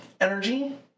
energy